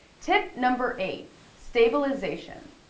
tip number eight, stabilization.